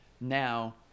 Now